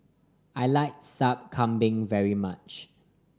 I like Sup Kambing very much